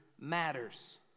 matters